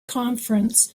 conference